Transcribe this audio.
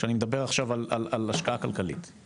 כשאני מדבר עכשיו על השקעה כלכלית.